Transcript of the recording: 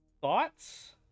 Thoughts